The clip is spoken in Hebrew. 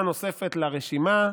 הבטחה נוספת לרשימה: